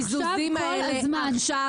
לעצור את הקיזוזים האלה עכשיו,